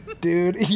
Dude